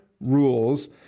rules